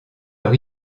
leur